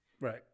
Right